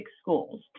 schools